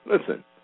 Listen